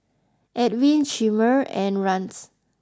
Edwin Chimere and Rance